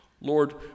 Lord